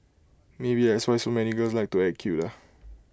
maybe that's why so many girls like to act cute ah